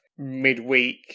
Midweek